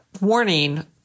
warning